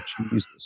Jesus